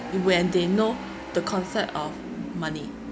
when they know the concept of money